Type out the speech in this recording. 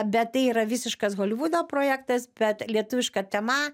bet tai yra visiškas holivudo projektas bet lietuviška tema